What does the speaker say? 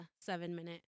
seven-minute